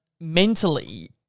mentally